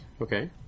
okay